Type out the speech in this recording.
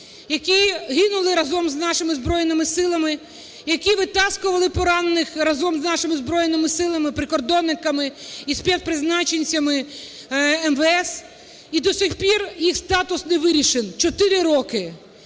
які гинули разом з нашими Збройними Силами, які витаскували поранених разом з нашими Збройними Силами, прикордонниками і спецпризначенцями, МВС і до сих пір їх статус не вирішен – 4 роки.